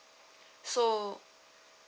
so